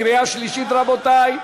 קריאה שלישית, רבותי.